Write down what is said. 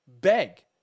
beg